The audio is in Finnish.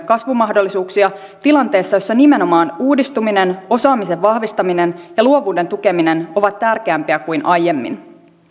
kasvumahdollisuuksia tilanteessa jossa nimenomaan uudistuminen osaamisen vahvistaminen ja luovuuden tukeminen ovat tärkeämpiä kuin aiemmin